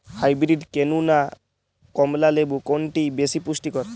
Hybrid কেনু না কমলা লেবু কোনটি বেশি পুষ্টিকর?